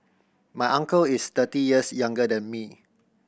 my uncle is thirty years younger than me